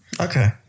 Okay